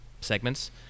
segments